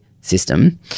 system